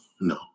no